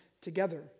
together